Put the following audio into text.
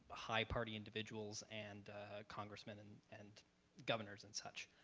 high party individuals and congressmen and and governors and such.